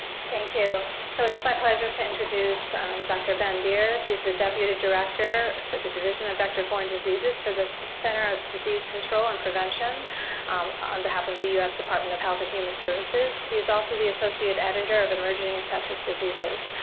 thank you. so it's my pleasure to introduce dr. ben beard. he's the deputy director for the division of vector-borne diseases for the so centers for disease control and prevention on behalf of the us department of health and human services. he's also the associate editor of emerging infectious diseases.